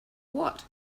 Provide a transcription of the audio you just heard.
what